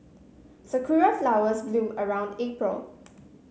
sakura flowers bloom around April